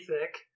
thick